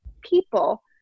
people